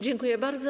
Dziękuję bardzo.